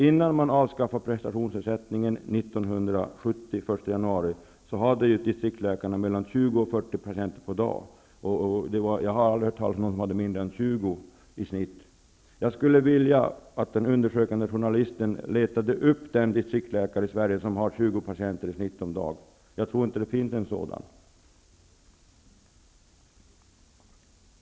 Innan man avskaffade prestationsersättningen den 1 januari patienter per dag. Jag har aldrig hört talas om att någon hade under 20 patienter i genomstnitt per dag. Jag skulle vilja att den undersökande journalisten letade fram den distriktsläkare som i dag har 20 patienter om dagen. Jag tror inte att det finns någon sådan.